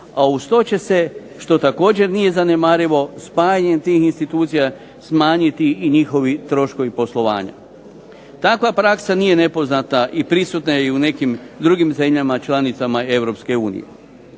a uz to će se, što također nije zanemarivo, spajanjem tih institucija smanjiti i njihovi troškovi poslovanja. Takva praksa nije nepoznata i prisutna je i u nekim drugim zemljama članicama Europske unije.